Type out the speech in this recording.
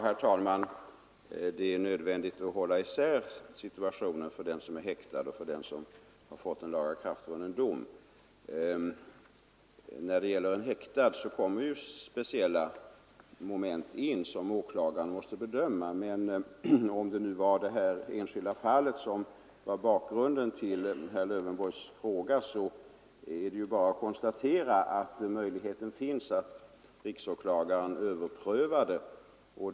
Herr talman! Det är nödvändigt att hålla isär situationen för den som är häktad och för den som fått en lagakraftvunnen dom. När det gäller en häktad kommer speciella moment in i bilden och som åklagaren måste bedöma. Om det nu var detta enskilda fall som var bakgrunden till herr Lövenborgs fråga är det bara att konstatera att möjlighet ju alltid finns att riksåklagaren överprövar fallet.